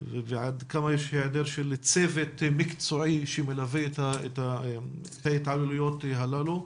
ועד כמה יש היעדר של צוות מקצועי שמלווה את ההתעללויות הללו.